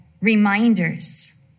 reminders